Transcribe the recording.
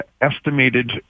estimated